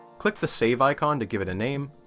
click the save icon to give it a name,